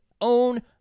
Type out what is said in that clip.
own